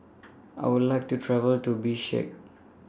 I Would like to travel to Bishkek